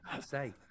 Say